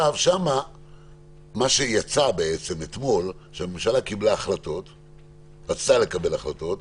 מה שיצא אתמול הוא שהממשלה רצתה לקבל החלטות,